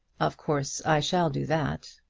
of course i shall do that.